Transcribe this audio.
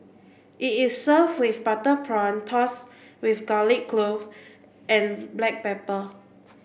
it is served with butter prawn tossed with garlic clove and black pepper